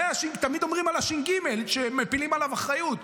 תמיד אומרים על הש"ג שמפילים עליו אחריות,